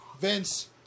Vince